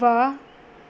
ਵਾਹ